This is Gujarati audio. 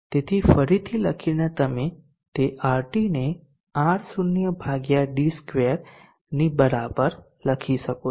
તેથી ફરીથી લખીને તમે તે RT ને R0 D2 ની બરાબર લખી શકો છો